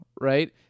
right